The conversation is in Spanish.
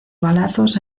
balazos